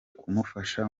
kumufasha